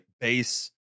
base